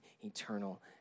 eternal